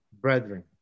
brethren